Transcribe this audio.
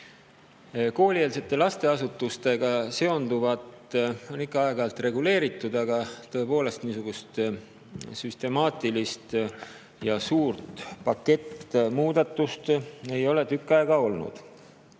Koolieelsete lasteasutustega seonduvat on ikka aeg-ajalt reguleeritud, aga tõepoolest, niisugust süstemaatilist ja suurt pakettmuudatust ei ole tükk aega olnud.